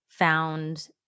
found